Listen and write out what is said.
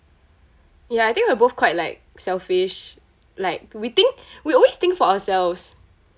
ya I think we're both quite like selfish like we think we always think for ourselves